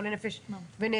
חולי נפש ונעדרים),